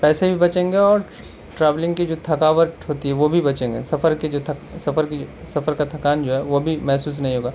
پیسے بھی بچیں گے اور ٹریولنگ کی جو تھکاوٹ ہوتی ہے وہ بھی بچیں گے سفر كی جو سفر كی جو سفر كا تھکان جو ہے وہ بھی محسوس نہیں ہوگا